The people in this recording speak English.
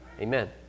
Amen